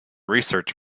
research